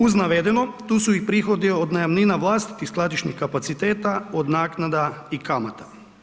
Uz navedeno tu su i prihodi od najamnina vlastitih skladišnih kapaciteta, od naknada i kamata.